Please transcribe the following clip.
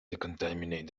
decontaminate